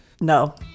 No